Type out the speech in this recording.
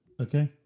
Okay